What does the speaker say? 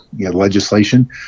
legislation